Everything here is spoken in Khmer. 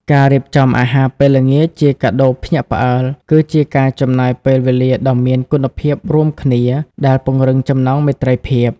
ការរៀបចំអាហារពេលល្ងាចជាកាដូភ្ញាក់ផ្អើល គឺជាការចំណាយពេលវេលាដ៏មានគុណភាពរួមគ្នា ដែលពង្រឹងចំណងមេត្រីភាព។